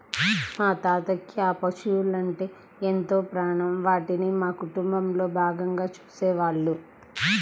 మా తాతకి ఆ పశువలంటే ఎంతో ప్రాణం, వాటిని మా కుటుంబంలో భాగంగా చూసేవాళ్ళు